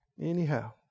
Anyhow